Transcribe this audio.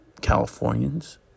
Californians